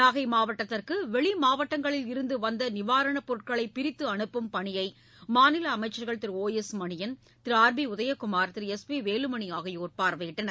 நாகை மாவட்டத்திற்கு வெளி மாவட்டங்களில் இருந்து வந்த நிவாரணப் பொருட்களை பிரித்து அனுப்பும் பணியை மாநில அமைச்சர்கள் Thiru O S Maniyan Thiru R P Udhayakumar Thiru S P Velumani ஆகியோர் பார்வையிட்டனர்